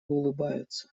улыбаются